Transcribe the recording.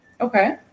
Okay